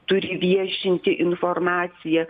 turi viešinti informaciją